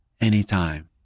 anytime